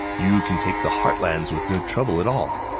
you can take the heartlands with no trouble at all.